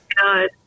God